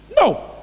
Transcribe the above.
No